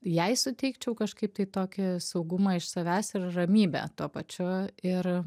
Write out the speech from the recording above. jai suteikčiau kažkaip tai tokį saugumą iš savęs ir ramybę tuo pačiu ir